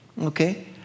Okay